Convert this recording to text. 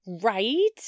Right